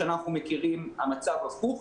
לפי הנתונים שאנחנו מכירים, המצב הפוך.